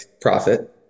profit